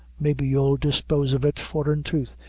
maybe you'll dispose of it, for, in troth,